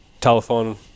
telephone